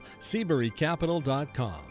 SeaburyCapital.com